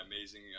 amazing